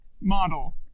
model